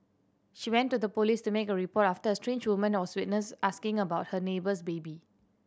she went to the police to make a report after a strange woman was witnessed asking about her neighbour's baby